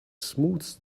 smooths